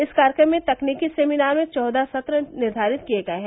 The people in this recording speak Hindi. इस कार्यक्रम में तकनीकी सेमिनार में चौदह सत्र निर्धारित किये गये हैं